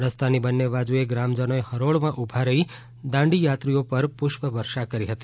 રસ્તાની બંન્ને બાજુએ ગ્રામજનોએ હરોળમાં ઉભા રહી દાંડીયાત્રીઓ પર પુષ્પવર્ષા કરી હતી